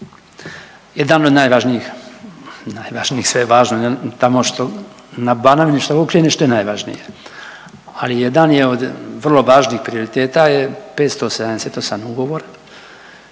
Jedan od najvažnijih, najvažnijih, sve je važno, tamo što, na Banovini …/Govornik se ne razumije/…je najvažnije, ali jedan je od vrlo važnih prioriteta je 578 ugovora